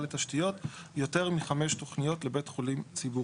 לתשתיות יותר מחמש תוכניות לבית חולים ציבורי.